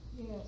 Yes